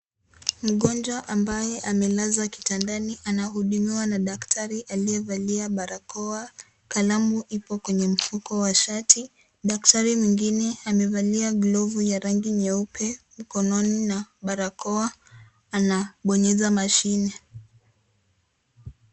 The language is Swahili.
Mgonjwa ambaye amelazwa kitandani anahudumiwa na daktari aliyevalia barakoa; kalamu ipo kwenye mfuko wa shati. Daktari mwingine amevalia glavu ya rangi nyeupe mkononi na barakoa anabonyeza mashine.